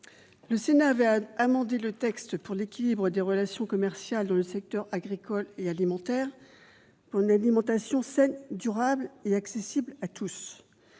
de l'adoption de la loi pour l'équilibre des relations commerciales dans le secteur agricole et alimentaire et une alimentation saine, durable et accessible à tous.